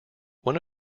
one